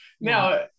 Now